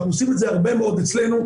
אנחנו עושים את זה הרבה מאוד אצלנו,